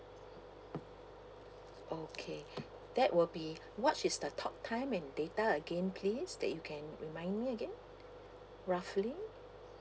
okay that will be what is the talk time and data again please that you can remind me again roughly